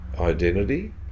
identity